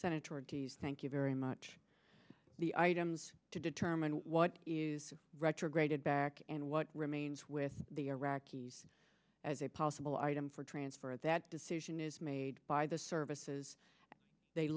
senator thank you very much the items to determine what is the retrograded back and what remains with the iraqis as a possible item for transfer of that decision is made by the services they